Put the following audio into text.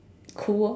cool orh